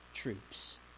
troops